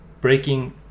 breaking